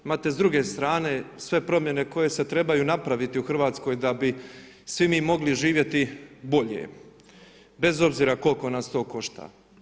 Imate s druge strane sve promjene koje se trebaju napraviti u Hrvatskoj da bi svi mi mogli živjeti bolje bez obzira koliko nas to košta.